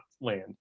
land